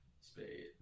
Spade